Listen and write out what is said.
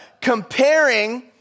comparing